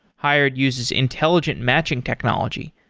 hired uses intelligent matching technology.